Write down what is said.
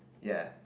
ya